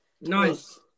Nice